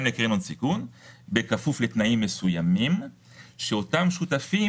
לקרנות סיכון כפוף לתנאים מסוימים היא שאותם שותפים